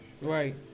Right